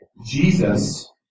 Jesus